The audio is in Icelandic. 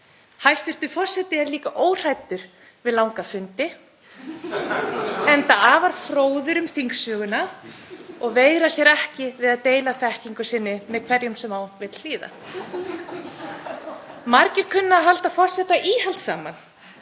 Hæstv. forseti er líka óhræddur við langa fundi [Hlátur í þingsal.] enda afar fróður um þingsöguna og veigrar sér ekki við að deila þekkingu sinni með hverjum sem á vill hlýða. Margir kunna að halda forseta íhaldssaman